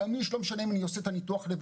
תאמינו לי שלא משנה מי עושה את ניתוח הלב,